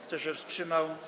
Kto się wstrzymał?